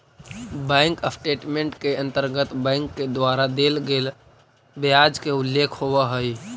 bank statement के अंतर्गत bank के द्वारा देल गेल ब्याज के उल्लेख होवऽ हइ